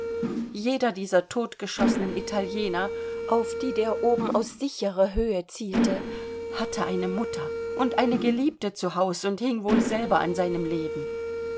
jeder dieser totgeschossenen italiener auf die der oben aus sicherer höhe zielte hatte eine mutter und eine geliebte zu haus und hing wohl selber an seinem jungen leben